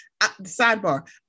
sidebar